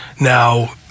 Now